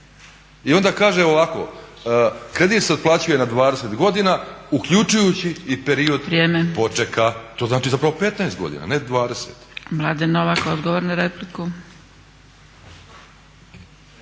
I onda kaže ovako, kredit se otplaćuje na 20 godina uključujući i period počeka. To znači zapravo 15 godina ne 20.